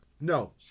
No